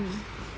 mm